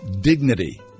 dignity